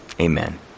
amen